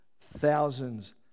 thousands